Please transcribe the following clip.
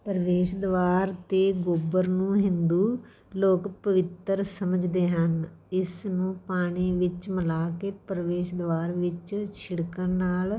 ਪ੍ਰਵੇਸ਼ ਦੁਆਰ ਅਤੇ ਗੋਬਰ ਨੂੰ ਹਿੰਦੂ ਲੋਕ ਪਵਿੱਤਰ ਸਮਝਦੇ ਹਨ ਇਸ ਨੂੰ ਪਾਣੀ ਵਿੱਚ ਮਿਲਾ ਕੇ ਪ੍ਰਵੇਸ਼ ਦੁਆਰ ਵਿੱਚ ਛਿੜਕਣ ਨਾਲ